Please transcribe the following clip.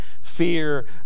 fear